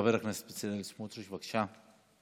חבר הכנסת בצלאל סמוטריץ', בבקשה.